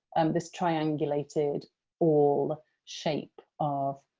this triangulated awl shape of